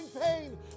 pain